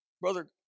Brother